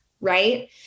right